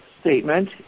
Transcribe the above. statement